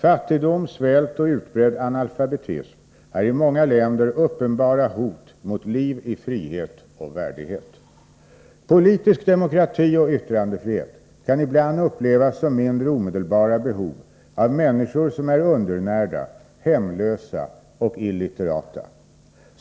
Fattigdom, svält och utbredd analfabetism är i många länder uppenbara hot mot liv i frihet och värdighet. Politisk demokrati och yttrandefrihet kan ibland upplevas som mindre omedelbara behov av människor som är undernärda, hemlösa och illitterata.